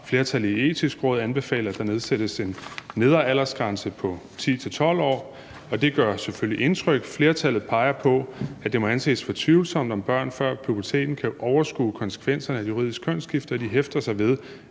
flertal i Det Etiske Råd anbefalet, at der nedsættes en nedre aldersgrænse på 10-12 år. Det gør selvfølgelig indtryk. Flertallet peger på, at det må anses for tvivlsomt, om børn før puberteten kan overskue konsekvenserne af et juridisk kønsskifte, og de hæfter sig ved,